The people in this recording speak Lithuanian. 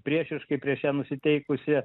priešiškai prieš ją nusiteikusi